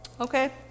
Okay